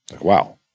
wow